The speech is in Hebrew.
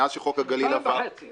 ומאז שחוק הגליל עבר